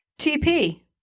TP